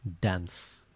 dance